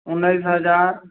उनैस हजार